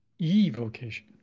Evocation